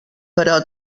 però